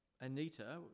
Anita